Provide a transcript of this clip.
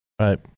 Right